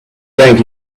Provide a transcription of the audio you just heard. thank